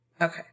Okay